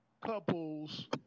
couples